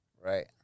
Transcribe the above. Right